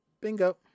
Bingo